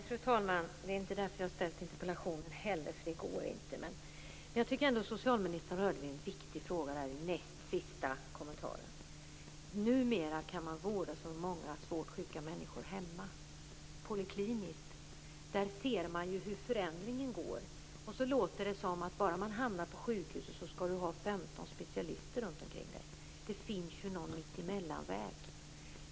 Fru talman! Nej, det går inte - det är inte heller därför som jag har framställt interpellationen. Jag tycker ändå att socialministern rörde vid en viktig fråga i den näst sista kommentaren: numera kan så många svårt sjuka människor vårdas polikliniskt i hemmet. Där ser vi hur förändringen går. Det låter som att bara man hamnar på sjukhuset skall man ha 15 specialister runt omkring sig. Det finns en mellanväg.